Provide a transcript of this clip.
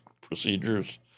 procedures